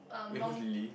wait who's Lily